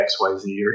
XYZ